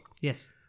Yes